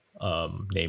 Name